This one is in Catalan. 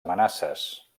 amenaces